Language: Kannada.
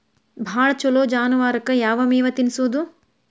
ಭಾಳ ಛಲೋ ಜಾನುವಾರಕ್ ಯಾವ್ ಮೇವ್ ತಿನ್ನಸೋದು?